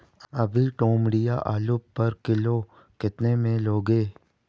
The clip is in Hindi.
अभी तोमड़िया आलू पर किलो कितने में लोगे?